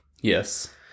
Yes